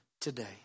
today